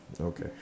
Okay